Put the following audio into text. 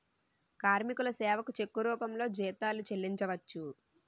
కార్మికుల సేవకు చెక్కు రూపంలో జీతాలు చెల్లించవచ్చు